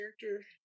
character